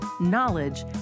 knowledge